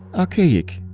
archaic.